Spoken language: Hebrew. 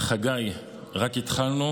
חגי, רק התחלנו.